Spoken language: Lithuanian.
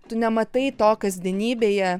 tu nematai to kasdienybėje